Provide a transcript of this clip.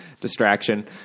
Distraction